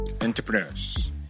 entrepreneurs